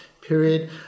period